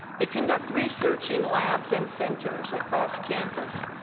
they conduct research in labs and centers across campus,